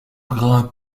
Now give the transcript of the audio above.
grand